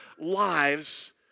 lives